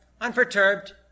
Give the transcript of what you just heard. unperturbed